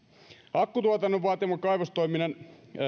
akkutuotannon vaatiman kaivostoiminnan